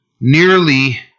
nearly